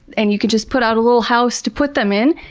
and you can just put out a little house to put them in,